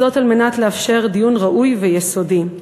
זאת על מנת לאפשר דיון ראוי ויסודי.